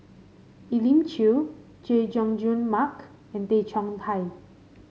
Elim Chew Chay Jung Jun Mark and Tay Chong Hai